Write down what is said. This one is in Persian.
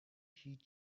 هیچ